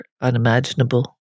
unimaginable